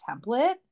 template